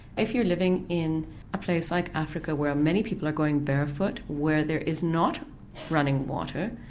if you're living in a place like africa where many people are going barefoot, where there is not running water,